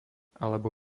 alebo